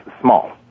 small